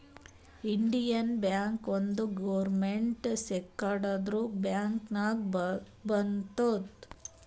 Indian bank ಒಂದ್ government ಸೆಕ್ಟರ್ದು bank ನಾಗ್ ಬರ್ತುದ್